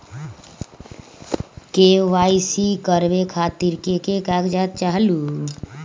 KYC करवे खातीर के के कागजात चाहलु?